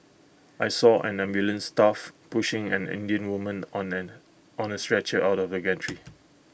I saw ambulance staff pushing an Indian woman on A on A stretcher out of the gantry